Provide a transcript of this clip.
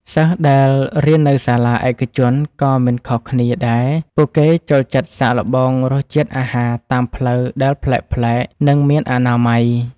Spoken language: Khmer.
សិស្សដែលរៀននៅសាលាឯកជនក៏មិនខុសគ្នាដែរពួកគេចូលចិត្តសាកល្បងរសជាតិអាហារតាមផ្លូវដែលប្លែកៗនិងមានអនាម័យ។